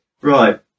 Right